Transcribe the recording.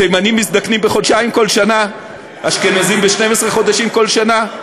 תימנים מזדקנים בחודשיים כל שנה ואשכנזים ב-12 חודשים כל שנה?